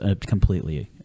completely